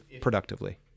productively